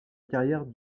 carrière